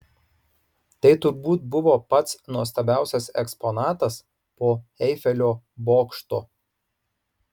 tai turbūt buvo pats nuostabiausias eksponatas po eifelio bokšto